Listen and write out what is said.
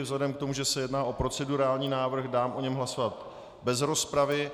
Vzhledem k tomu, že se jedná o procedurální návrh, dám o něm hlasovat bez rozpravy.